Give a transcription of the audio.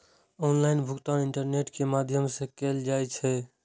online भुगतान internet के माध्यम सं कैल जाइ छै